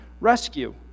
Rescue